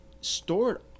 stored